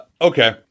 Okay